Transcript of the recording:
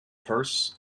purse